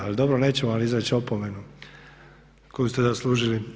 Ali dobro, neću vam izreći opomenu koju ste zaslužili.